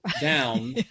down